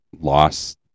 loss